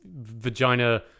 vagina